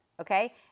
Okay